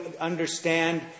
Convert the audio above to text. understand